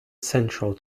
central